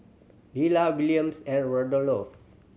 Lella Williams and Rudolph